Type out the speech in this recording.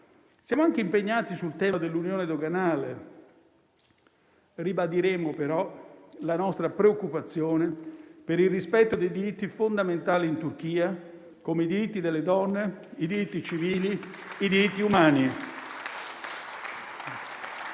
Siamo impegnati anche sul tema dell'unione doganale. Ribadiremo però la nostra preoccupazione per il rispetto dei diritti fondamentali in Turchia, come i diritti delle donne, i diritti civili e i diritti umani.